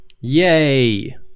Yay